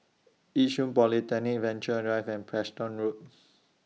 Yishun Polyclinic Venture Drive and Preston Road